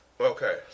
Okay